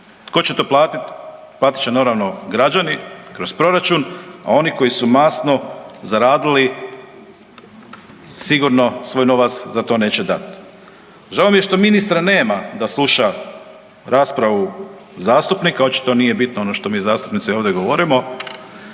Tko će platit? Platit će naravno građani kroz proračun, a oni koji su masno zaradili sigurno svoj novac za to neće dat. Žao mi je što ministra nema da sluša raspravu zastupnika, očito nije bitno ono što mi zastupnici ovdje govorimo